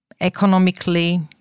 economically